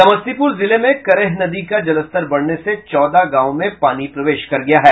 समस्तीपुर जिले में करेह नदी का जलस्तर बढ़ने से चौदह गांव में पानी प्रवेश कर गया है